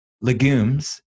legumes